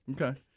Okay